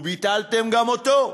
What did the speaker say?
וביטלתם גם אותו.